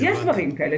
יש דברים כאלה.